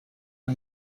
who